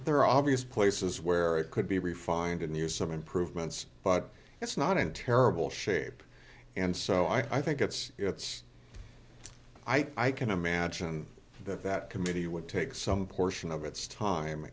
there are obvious places where it could be refined good news some improvements but it's not in terrible shape and so i think it's it's i can imagine that that committee would take some portion of its